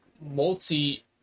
multi